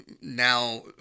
now